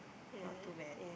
not too bad